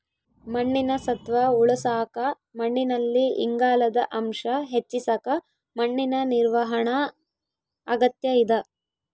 ಮಣ್ಣಿನ ಸತ್ವ ಉಳಸಾಕ ಮಣ್ಣಿನಲ್ಲಿ ಇಂಗಾಲದ ಅಂಶ ಹೆಚ್ಚಿಸಕ ಮಣ್ಣಿನ ನಿರ್ವಹಣಾ ಅಗತ್ಯ ಇದ